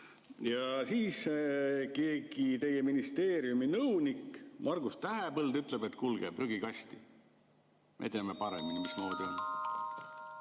Ja siis keegi teie ministeeriumi nõunik Margus Tähepõld ütleb, et kuulge, prügikasti, et meie teame paremini, mismoodi on.